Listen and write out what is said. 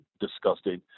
disgusting